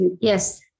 Yes